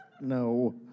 No